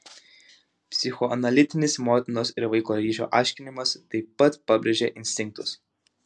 psichoanalitinis motinos ir vaiko ryšio aiškinimas taip pat pabrėžia instinktus